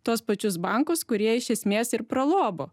tuos pačius bankus kurie iš esmės ir pralobo